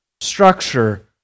structure